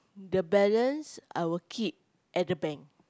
the balance I will keep at the bank